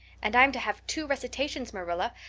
and i'm to have two recitations, marilla.